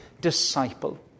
disciple